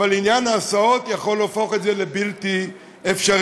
אבל עניין ההסעות יכול להפוך את זה לבלתי אפשרי.